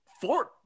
four